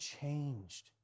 changed